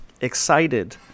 excited